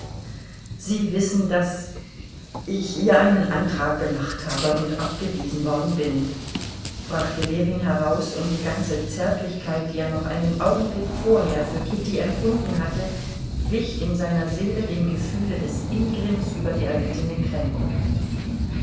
sie wissen daß ich ihr einen antrag gemacht habe und abgewiesen worden bin brachte ljewin heraus und die ganze zärtlichkeit die er noch einen augenblick vorher für kitty empfunden hatte wich in seiner seele dem gefühle des ingrimms über die erlittene kränkung